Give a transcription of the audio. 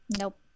Nope